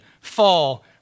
fall